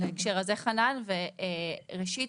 ראשית,